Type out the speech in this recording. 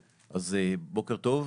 תודה רבה אדוני היו"ר, בוקר טוב.